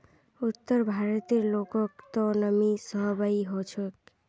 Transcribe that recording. उत्तर भारतेर लोगक त नमी सहबइ ह छेक